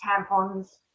tampons